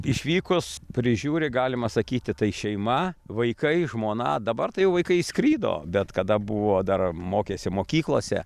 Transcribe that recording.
išvykus prižiūri galima sakyti tai šeima vaikai žmona dabar tai jau vaikai išskrido bet kada buvo dar mokėsi mokyklose